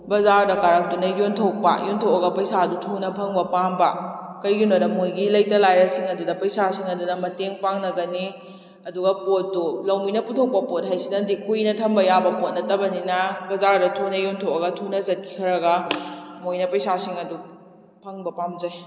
ꯕꯖꯥꯔꯗ ꯀꯥꯔꯛꯇꯨꯅ ꯌꯣꯟꯊꯣꯛꯄ ꯌꯣꯟꯊꯣꯛꯂꯒ ꯄꯩꯁꯥꯗꯨ ꯊꯨꯅ ꯐꯪꯕ ꯄꯥꯝꯕ ꯀꯩꯒꯤꯅꯣꯗ ꯃꯣꯏꯒꯤ ꯂꯩꯇ ꯂꯥꯏꯔꯁꯤꯡ ꯑꯗꯨꯗ ꯄꯩꯁꯥꯁꯤꯡ ꯑꯗꯨꯅ ꯃꯇꯦꯡ ꯄꯥꯡꯅꯒꯅꯤ ꯑꯗꯨꯒ ꯄꯣꯠꯇꯨ ꯂꯧꯃꯤꯅ ꯄꯨꯊꯣꯛꯄ ꯄꯣꯠ ꯍꯥꯏꯁꯤꯅꯗꯤ ꯀꯨꯏꯅ ꯊꯝꯕ ꯌꯥꯕ ꯄꯣꯠ ꯅꯠꯇꯕꯅꯤꯅ ꯕꯖꯥꯔꯗ ꯊꯨꯅ ꯌꯣꯟꯊꯣꯛꯂꯒ ꯊꯨꯅ ꯆꯠꯈ꯭ꯔꯒ ꯃꯣꯏꯅ ꯄꯩꯁꯥꯁꯤꯡ ꯑꯗꯨ ꯐꯪꯕ ꯄꯥꯝꯖꯩ